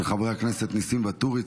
של חברי הכנסת ניסים ואטורי,